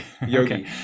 Yogi